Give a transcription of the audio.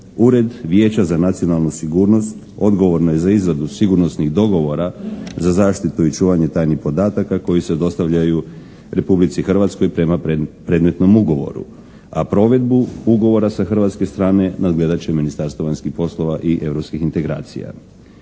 Ured Vijeća za nacionalnu sigurnost odgovorno je za izradu sigurnosnih dogovora za zaštitu i čuvanje tajnih podataka koji se dostavljaju Republici Hrvatskoj prema predmetnom ugovoru, a provedbu ugovora sa hrvatske strane nadgledat će Ministarstvo vanjskih poslova i europskih integracija.